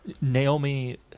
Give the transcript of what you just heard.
Naomi